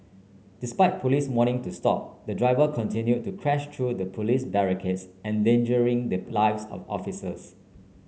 despite Police warnings to stop the driver continued to crash through Police barricades endangering the lives of the officers